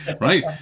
Right